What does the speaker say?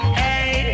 hey